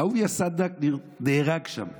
אהוביה סנדק נהרג שם,